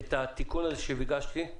את התיקון הזה שביקשתי,